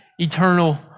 eternal